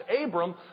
Abram